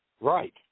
Right